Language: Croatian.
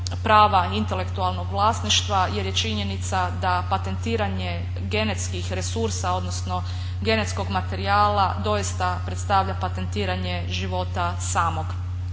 prava intelektualnog vlasništva jer je činjenica da patentiranje genetskih resursa, odnosno genetskog materijala doista predstavlja patentiranje života samog.